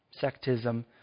sectism